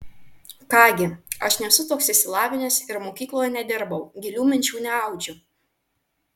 ką gi aš nesu toks išsilavinęs ir mokykloje nedirbau gilių minčių neaudžiu